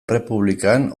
errepublikan